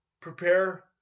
prepare